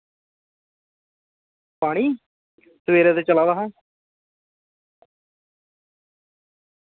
पानी सबेरै ते चला दा हा